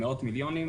מאות מיליונים.